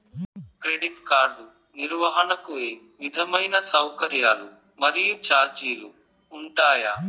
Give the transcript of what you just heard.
Credit card నిర్వహణకు ఏ విధమైన సౌకర్యాలు మరియు చార్జీలు ఉంటాయా?